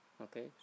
Okay